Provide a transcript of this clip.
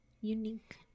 unique